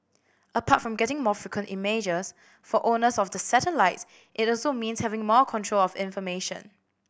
apart from getting more frequent images for owners of the satellites it also means having more control of information